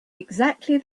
exactly